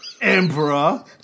Emperor